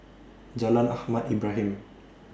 Jalan Ahmad Ibrahim